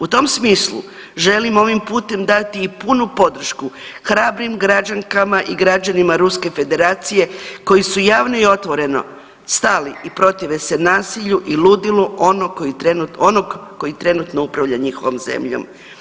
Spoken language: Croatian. U tom smislu želim ovim putem dati i punu podršku hrabrim građanka i građanima Ruske Federacije koji su javno i otvoreno stali i protive se nasilju i ludilu onog koji trenutno upravlja njihovom zemljom.